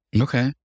Okay